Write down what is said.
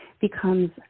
becomes